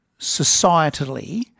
societally